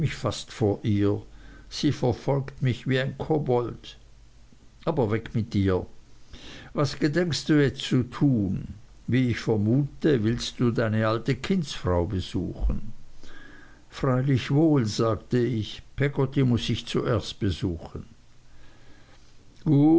fast vor ihr sie verfolgt mich wie ein kobold aber weg mit ihr was gedenkst du jetzt zu tun wie ich vermute willst du deine alte kindsfrau besuchen freilich wohl sagte ich peggotty muß ich zuerst besuchen